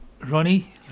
Ronnie